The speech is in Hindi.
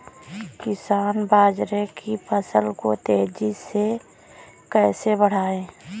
किसान बाजरे की फसल को तेजी से कैसे बढ़ाएँ?